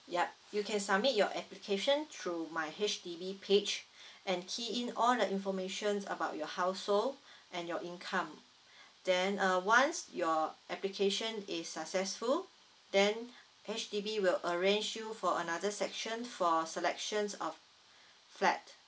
yup you can submit your application through my H_D_B page and key in all the information about your household and your income then uh once your application is successful then H_D_B will arrange you for another section for selections of flat